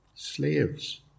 slaves